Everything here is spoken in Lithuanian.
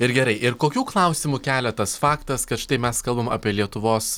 ir gerai ir kokių klausimų kelia tas faktas kad štai mes kalbam apie lietuvos